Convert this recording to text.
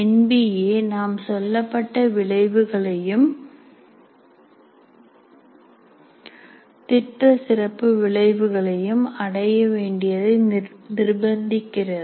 N P A நாம் சொல்லப்பட்ட விளைவுகளையும் திட்ட சிறப்பு விளைவுகளையும் அடைய வேண்டியதை நிர்பந்திக்கிறது